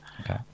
Okay